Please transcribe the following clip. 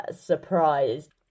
surprised